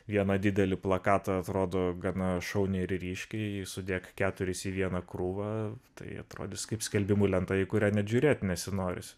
vieną didelį plakatą atrodo gana šauniai ir ryškiai sudėk keturis į vieną krūvą tai atrodys kaip skelbimų lenta į kurią net žiūrėt nesinori